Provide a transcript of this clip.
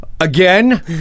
Again